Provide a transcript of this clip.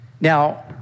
Now